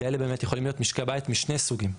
שאלה באמת יכולים להיות משקי בית משני סוגים,